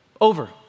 Over